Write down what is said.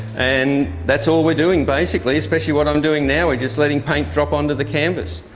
and that's all we're doing basically, especially what i'm doing now, we're just letting paint drop onto the canvas.